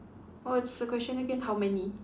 what's your question again how many